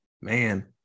man